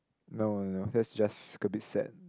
no no that's just a bit sad